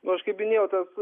nu aš kaip minėjau tas